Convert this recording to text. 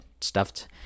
stuffed